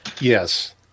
Yes